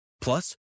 Plus